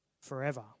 forever